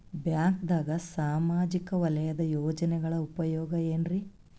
ಬ್ಯಾಂಕ್ದಾಗ ಸಾಮಾಜಿಕ ವಲಯದ ಯೋಜನೆಗಳ ಉಪಯೋಗ ಏನ್ರೀ?